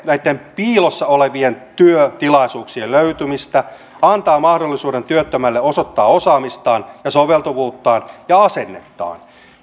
näitten piilossa olevien työtilaisuuksien löytymistä ja antaa työttömälle mahdollisuuden osoittaa osaamistaan soveltuvuuttaan ja asennettaan